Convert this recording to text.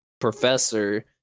professor